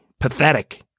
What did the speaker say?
pathetic